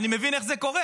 אני מבין איך זה קורה.